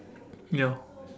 ya